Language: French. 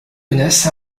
menaces